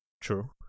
true